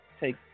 Take